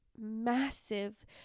massive